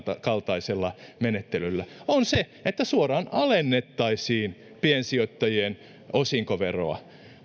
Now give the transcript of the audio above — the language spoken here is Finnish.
kaltaisella menettelyllä se että suoraan alennettaisiin piensijoittajien osinkoveroa